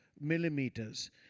millimeters